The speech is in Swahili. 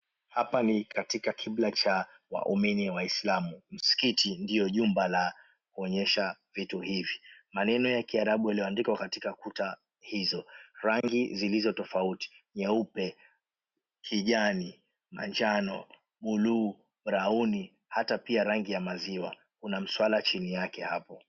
Hapa ni katika kibla cha waumini wa islamu. Msikiti ndio nyumba la kuonyesha vitu hivi. Maneno ya kiarabu yalioandikwa katika kuta hizo. Rangi zilizo tofauti nyeupe, kijani manjano, bluu, brauni hata pia rangi ya maziwa. Kuna mswala chini yake ℎ𝑎po.